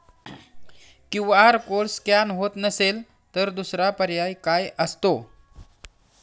QR code scan होत नसेल तर दुसरा पर्याय काय असतो?